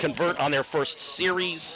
converge on their first series